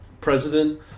president